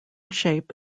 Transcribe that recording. shape